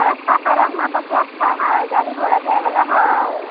रास्ता पेरा वहाँ परके अच्छा है गाड़ी घोड़ा जाए बला है